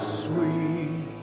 sweet